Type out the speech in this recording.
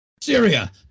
Syria